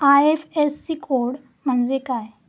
IFSC code म्हणजे काय?